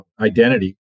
identity